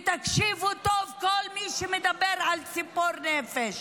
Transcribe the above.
ותקשיבו טוב, כל מי שמדבר על ציפור נפש: